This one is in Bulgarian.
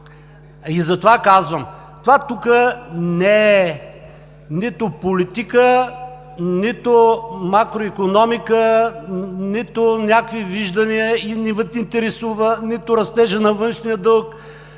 Затова казвам: това тук не е нито политика, нито макроикономика, нито някакви виждания, нито Ви интересува растежа на външния дълг,